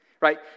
right